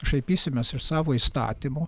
šaipysimės iš savo įstatymų